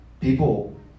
People